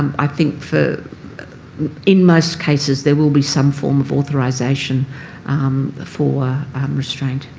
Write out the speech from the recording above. i think for in most cases there will be some form of authorisation um for um restraint.